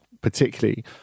particularly